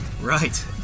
Right